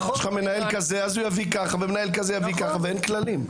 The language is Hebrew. אין כללים.